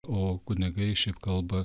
o kunigai šiaip kalba